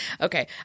Okay